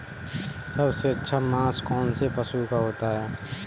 सबसे अच्छा मांस कौनसे पशु का होता है?